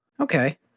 Okay